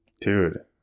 Dude